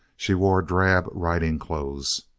she wore drab riding clothes.